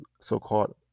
so-called